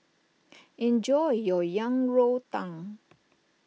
enjoy your Yang Rou Tang